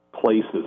places